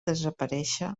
desaparèixer